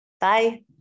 bye